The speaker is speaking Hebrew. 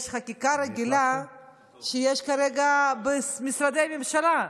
יש חקיקה רגילה שיש כרגע במשרדי הממשלה,